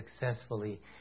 successfully